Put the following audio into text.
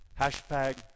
Hashtag